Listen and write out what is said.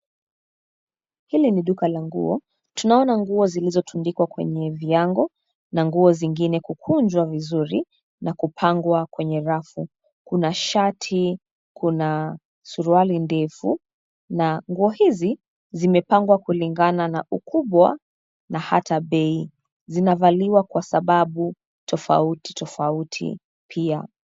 Hili ni duka la nguo, tunaona nguo zilizotundikwa kwenye viango na nguo zingine kukunjwa vizuri na kupangwa kwenye rafu. Kuna shati, kuna suruali ndefu na nguo hizi zimepangwa kulingana na ukubwa na hata bei. Zinavaliwa kwa sababu tofauti tofauti pia.